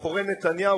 מאחורי נתניהו,